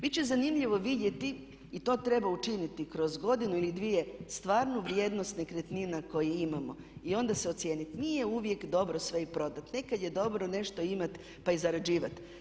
Biti će zanimljivo vidjeti i to treba učiniti kroz godinu ili dvije stvarnu vrijednost nekretnina koje imamo i onda se ocijeniti, nije uvijek dobro sve i prodati, nekada je dobro nešto i imati pa i zarađivati.